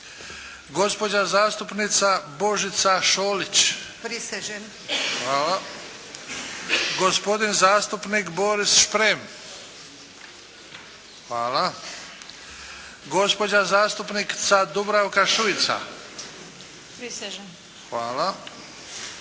gospodin zastupnik Boris Šprem, gospođa zastupnica Dubravka Šujica